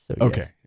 Okay